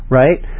right